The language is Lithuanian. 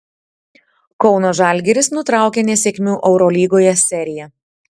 kauno žalgiris nutraukė nesėkmių eurolygoje seriją